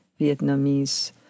Vietnamese